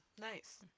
Nice